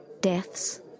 deaths